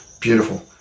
Beautiful